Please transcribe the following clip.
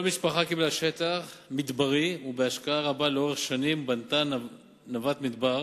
כל משפחה קיבלה שטח מדברי ובהשקעה רבה לאורך שנים בנתה נווה מדבר